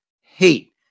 Hate